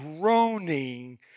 groaning